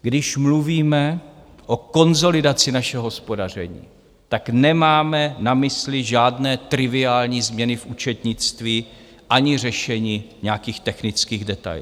Když mluvíme o konsolidaci našeho hospodaření, tak nemáme na mysli žádné triviální změny v účetnictví ani řešení nějakých technických detailů.